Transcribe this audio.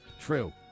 true